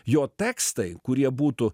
jo tekstai kurie būtų